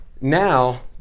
now